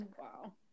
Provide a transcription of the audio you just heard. Wow